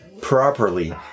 properly